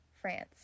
France